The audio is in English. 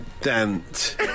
Dent